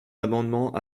amendement